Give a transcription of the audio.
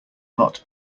not